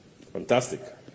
Fantastic